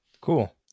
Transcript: Cool